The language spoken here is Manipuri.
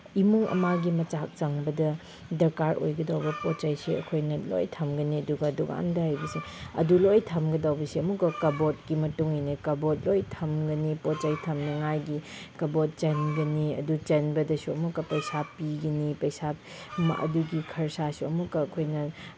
ꯏꯃꯨꯡ ꯑꯃꯒꯤ ꯃꯆꯥꯛ ꯆꯪꯕꯗ ꯗꯔꯀꯥꯔ ꯑꯣꯏꯒꯗꯧꯕ ꯄꯣꯠ ꯆꯩꯁꯨ ꯑꯩꯈꯣꯏꯅ ꯂꯣꯏꯅ ꯊꯝꯒꯅꯤ ꯑꯗꯨꯒ ꯗꯨꯀꯥꯟꯗ ꯍꯥꯏꯕꯁꯦ ꯑꯗꯨ ꯂꯣꯏ ꯊꯝꯒꯗꯧꯕꯁꯦ ꯑꯃꯨꯛꯀ ꯀꯞꯕꯣꯔꯠꯀꯤ ꯃꯇꯨꯡꯏꯟꯅ ꯀꯞꯕꯣꯔꯠ ꯂꯣꯏ ꯊꯝꯒꯅꯤ ꯄꯣꯠ ꯆꯩ ꯊꯝꯅꯉꯥꯏꯒꯤ ꯀꯞꯕꯣꯔꯠ ꯆꯟꯒꯅꯤ ꯑꯗꯨ ꯆꯟꯕꯗꯁꯨ ꯑꯃꯨꯛꯀ ꯄꯩꯁꯥ ꯄꯤꯒꯅꯤ ꯄꯩꯁꯥ ꯑꯗꯨꯒꯤ ꯈꯔꯁꯥꯁꯨ ꯑꯃꯨꯛꯀ ꯑꯩꯈꯣꯏꯅ